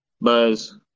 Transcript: Buzz